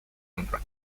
under